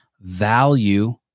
value